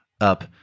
up